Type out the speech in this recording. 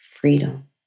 freedom